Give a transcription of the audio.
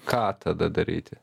ką tada daryti